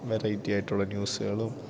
variety ആയിട്ടുള്ള ന്യൂസുകളും